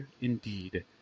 indeed